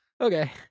okay